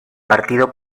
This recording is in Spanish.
partido